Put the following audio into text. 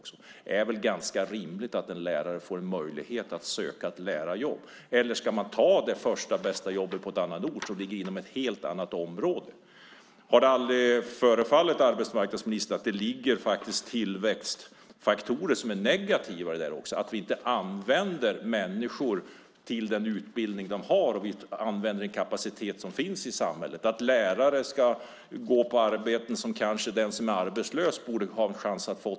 Det är väl ganska rimligt att en lärare får en möjlighet att söka ett lärarjobb? Eller ska man ta det första bästa jobbet på annan ort som ligger inom ett helt annat område? Har det aldrig föresvävat arbetsmarknadsministern att det faktiskt också ligger tillväxtfaktorer som är negativa i det här? Vi använder inte människors utbildning och den kapacitet som finns i samhället. Lärare ska ta arbeten som den som är arbetslös kanske borde ha fått en chans att få.